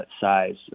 size